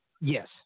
Yes